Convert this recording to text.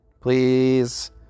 please